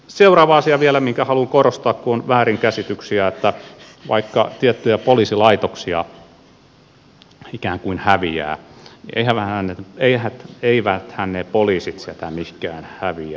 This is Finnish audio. seuraava asia vielä mitä haluan korostaa kun siitä on väärinkäsityksiä on se että vaikka tiettyjä poliisilaitoksia ikään kuin häviää niin eiväthän ne poliisit sieltä mihinkään häviä